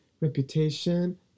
Reputation